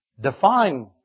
define